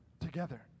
together